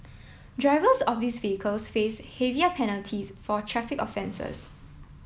drivers of these vehicles face heavier penalties for traffic offences